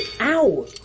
Ow